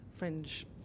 Fringe